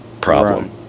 problem